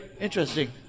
interesting